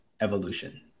evolution